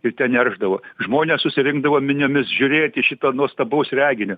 ir ten neršdavo žmonės susirinkdavo miniomis žiūrėti šito nuostabaus reginio